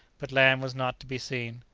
but land was not to be seen.